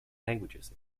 languages